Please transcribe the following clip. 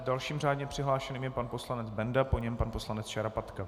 Dalším řádně přihlášeným je pan poslanec Benda, po něm pan poslanec Šarapatka.